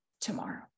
tomorrow